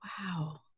Wow